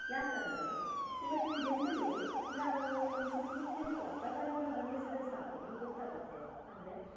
ಯಾಕೆಂದರೆ ಇವತ್ತಿನ ದಿನದಲ್ಲಿ ನಾವು ನಮ್ಮ ಸುತ್ತಮುತ್ತಲಿನ ವಾತಾವರಣವನ್ನು ಗಮನಿಸಿದರೆ ಸಾಕು ನಮಗೆ ಗೊತ್ತಾಗತ್ತೆ ಅಂದರೆ